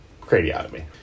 craniotomy